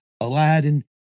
Aladdin